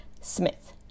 Smith